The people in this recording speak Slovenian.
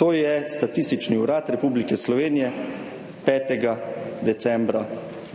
To je Statistični urad Republike Slovenije, 5. decembra